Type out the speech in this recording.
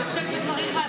אני חושבת שצריך לעשות,